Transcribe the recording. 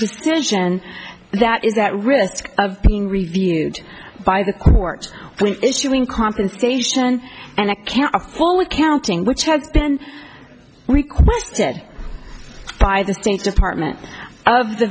decision that is that risk of being reviewed by the court issuing compensation and a can of full accounting which had been requested by the state department of the